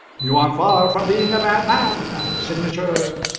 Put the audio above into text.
you are far from being a bad man signature,